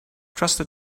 trusted